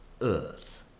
earth